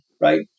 right